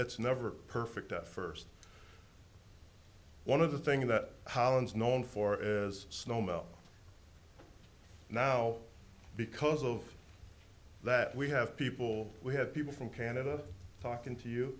it's never perfect at first one of the thing that holland's known for is snow melt now because of that we have people we have people from canada talking to you